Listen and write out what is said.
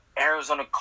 Arizona